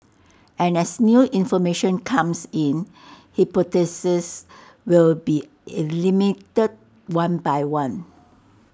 and as new information comes in hypotheses will be one by one